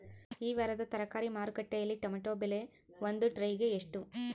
ಈ ವಾರದ ತರಕಾರಿ ಮಾರುಕಟ್ಟೆಯಲ್ಲಿ ಟೊಮೆಟೊ ಬೆಲೆ ಒಂದು ಟ್ರೈ ಗೆ ಎಷ್ಟು?